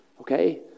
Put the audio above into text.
okay